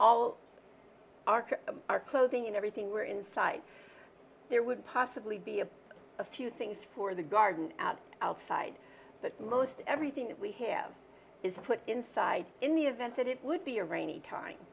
all our our clothing and everything were inside there would possibly be a few things for the garden out outside but most everything we have is put inside in the event that it would be a rainy time